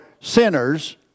sinners